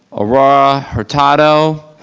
aurora hurtado.